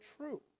true